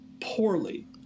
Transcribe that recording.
Poorly